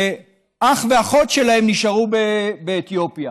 שאח ואחות שלהם נשארו באתיופיה,